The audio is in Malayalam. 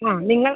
ആ നിങ്ങൾ